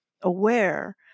aware